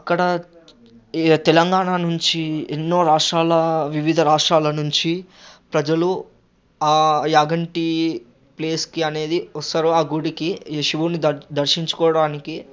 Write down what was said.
అక్కడ తెలంగాణా నుంచి ఎన్నో రాష్ట్రాల వివిధ రాష్ట్రాల నుంచి ప్రజలు ఆ యాగంటి ప్లేస్కి అనేది వస్తారు ఆ గుడికి శివుడ్ని దర్ దర్శించుకోడానికి